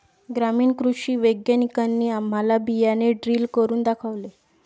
ग्रामीण कृषी वैज्ञानिकांनी आम्हाला बियाणे ड्रिल करून दाखवले